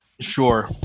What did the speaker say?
Sure